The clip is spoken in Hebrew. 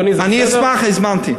אני אשמח, הזמנתי.